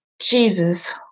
Jesus